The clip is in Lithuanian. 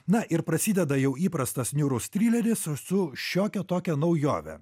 na ir prasideda jau įprastas niūrus trileris su šiokia tokia naujove